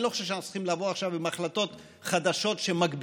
אני לא חושב שאנחנו צריכים לבוא עכשיו עם החלטות חדשות שמגבילות,